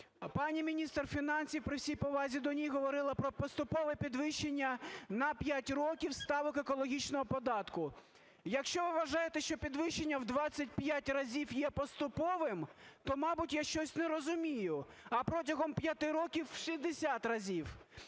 Пані міністр фінансів, при всій повазі до неї, говорила про поступове підвищення на 5 років ставок екологічного податку. Якщо ви вважаєте, що підвищенні в 25 разів є поступовим, то, мабуть, я щось не розумію. А протягом 5 років в 60 разів.